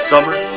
Summer